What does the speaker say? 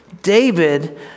David